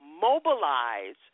mobilize